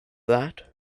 that